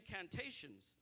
incantations